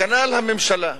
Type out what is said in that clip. כנ"ל הממשלה.